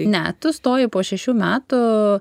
ne tu stoji po šešių metų